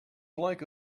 like